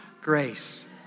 grace